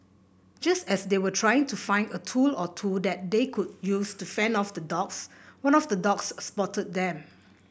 just as they were trying to find a tool or two that they could use to fend off the dogs one of the dogs spotted them